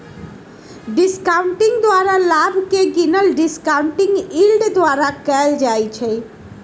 discounting द्वारा लाभ के गिनल डिस्काउंटिंग यील्ड द्वारा कएल जाइ छइ